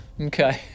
Okay